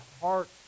heart